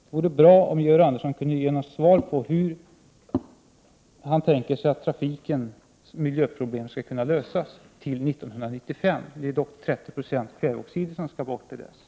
Det vore bra om Georg Andersson kunde ge ett svar och redogöra för hur han tänker sig att trafikens miljöproblem skulle kunna lösas till 1995. Det är dock 30 20 kväveoxider som skall bort till dess.